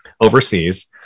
overseas